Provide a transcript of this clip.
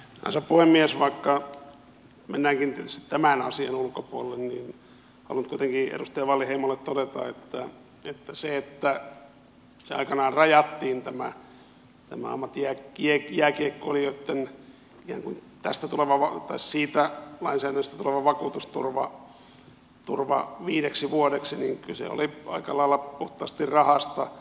vaikka mennäänkin tietysti tämän asian ulkopuolelle niin haluan nyt kuitenkin edustaja wallinheimolle todeta että siinä että aikanaan rajattiin tämä ammattijääkiekkoilijoitten lainsäädännöstä tuleva vakuutusturva viideksi vuodeksi kyse oli aika lailla puhtaasti rahasta